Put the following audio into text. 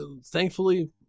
Thankfully